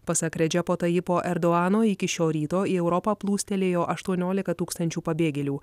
pasak redžepo tajipo erdoano iki šio ryto į europą plūstelėjo aštuoniolika tūkstančių pabėgėlių